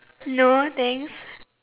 no thanks